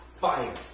fire